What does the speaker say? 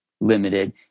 limited